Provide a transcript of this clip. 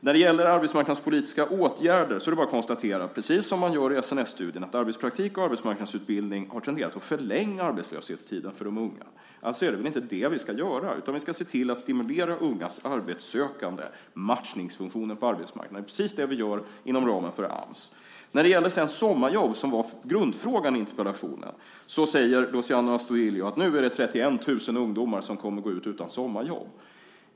När det gäller arbetsmarknadspolitiska åtgärder är det bara att konstatera, precis som man gör i SNS-studien, att arbetspraktik och arbetsmarknadsutbildning har tenderat att förlänga arbetslöshetstiden för de unga. Alltså är det inte det vi ska göra, utan vi ska se till att stimulera ungas arbetssökande och matchningsfunktionen på arbetsmarknaden. Det är precis det vi gör inom ramen för Ams. När det sedan gäller sommarjobb, som var grundfrågan i interpellationen, säger Luciano Astudillo att det nu är 31 000 ungdomar som kommer att gå ut utan sommarjobb.